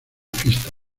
fiesta